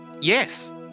yes